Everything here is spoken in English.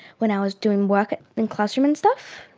when i was doing work in the classroom and stuff.